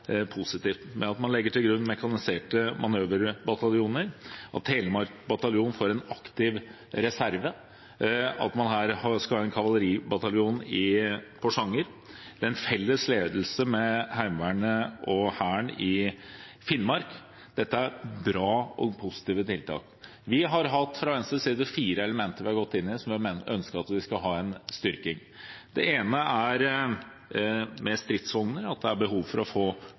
positivt – at man legger til grunn mekaniserte manøverbataljoner, at Telemarkbataljonen får en aktiv reserve, at man skal ha en kavaleribataljon i Porsanger og en felles ledelse med Heimevernet og Hæren i Finnmark. Dette er bra og positive tiltak. Vi har fra Venstres side hatt fire elementer vi har gått inn i, som vi ønsker skal styrkes. Det er mer stridsvogner, at det er behov for å få